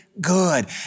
good